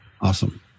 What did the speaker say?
Awesome